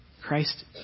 Christ